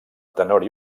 tenor